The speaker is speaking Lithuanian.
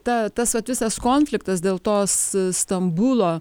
ta tas vat visas konfliktas dėl tos stambulo